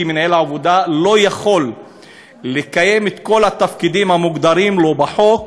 כי מנהל העבודה לא יכול לקיים את כל התפקידים המוגדרים לו בחוק